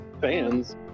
fans